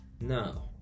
Now